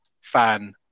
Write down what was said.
fan